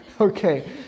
Okay